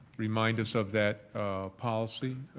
remind us of that policy,